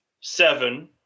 seven